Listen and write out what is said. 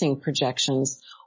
projections